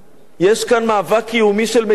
יש כאן מאבק קיומי של מדינה.